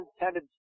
intended